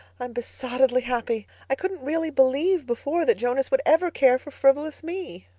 i'm besottedly happy. i couldn't really believe before that jonas would ever care for frivolous me.